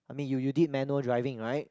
I mean you you did manual driving right